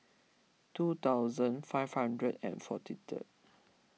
two thousand five hundred and forty third